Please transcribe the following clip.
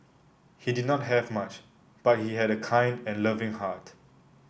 he did not have much but he had a kind and loving heart